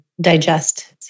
digest